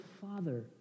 Father